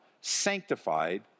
sanctified